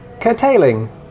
curtailing